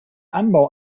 anbau